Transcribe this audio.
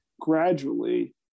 gradually